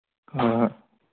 ꯑꯥ